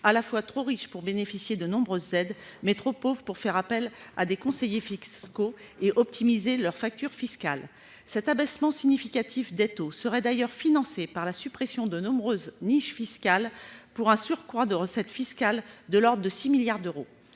à la fois trop riches pour bénéficier de nombreuses aides, mais trop pauvres pour faire appel à des conseillers fiscaux et optimiser leur facture fiscale. Cet abaissement significatif des taux serait d'ailleurs financé par la suppression de nombreuses niches fiscales, pour un surcroît de recettes fiscales de l'ordre de 6 milliards d'euros.